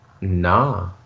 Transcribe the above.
Nah